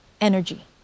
energy